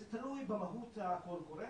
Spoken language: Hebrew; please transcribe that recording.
זה תלוי במהות הקול קורא,